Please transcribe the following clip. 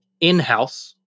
in-house